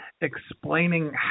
explaining